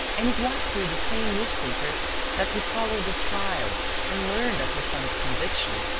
and it was through the same newspaper that he followed the trial and learned of his son's conviction.